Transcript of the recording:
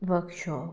workshop